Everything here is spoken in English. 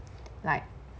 like